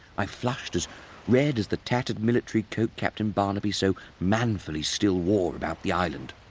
i flushed as red as the tattered military coat captain barnaby so manfully still wore about the island,